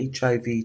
HIV